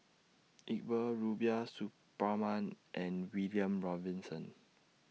Iqbal Rubiah Suparman and William Robinson